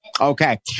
Okay